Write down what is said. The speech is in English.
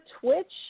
Twitch